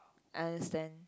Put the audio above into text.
understand